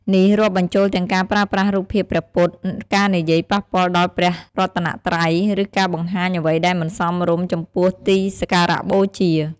នេះរាប់បញ្ចូលទាំងការប្រើប្រាស់រូបភាពព្រះពុទ្ធ ការនិយាយប៉ះពាល់ដល់ព្រះរតនត្រ័យ ឬការបង្ហាញអ្វីដែលមិនសមរម្យចំពោះទីសក្ការបូជា។